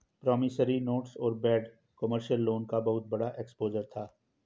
promissory notes और bad commercial loan का बहुत बड़ा एक्सपोजर था